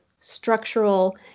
structural